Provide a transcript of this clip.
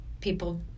people